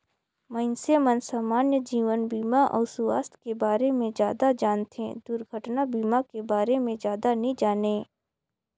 मइनसे मन समान्य जीवन बीमा अउ सुवास्थ के बारे मे जादा जानथें, दुरघटना बीमा के बारे मे जादा नी जानें